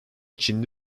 çinli